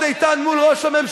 לא מתאים לכם,